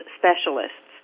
specialists